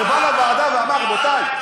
שבא לוועדה ואמר: רבותי,